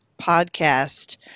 podcast